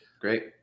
Great